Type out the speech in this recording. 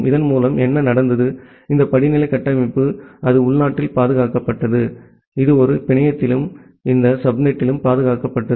இதன் மூலம் என்ன நடந்தது இந்த படிநிலை கட்டமைப்பு அது உள்நாட்டில் பாதுகாக்கப்பட்டது இது ஒரு பிணையத்திலும் இந்த சப்நெட்டிலும் பாதுகாக்கப்பட்டது